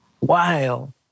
Wow